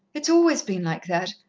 it's always been like that,